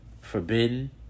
Forbidden